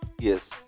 Yes